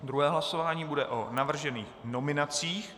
Druhé hlasování bude o navržených nominacích.